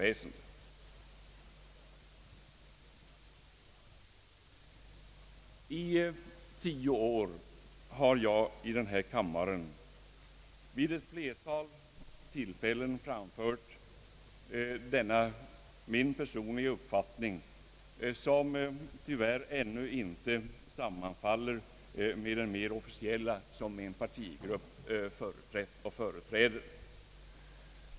Under tio år har jag i denna kammare vid ett flertal tillfällen framfört denna min personliga uppfattning, som tyvärr ännu inte sammanfaller med den mera officiella uppfattning som min partigrupp företrätt och företräder.